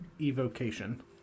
evocation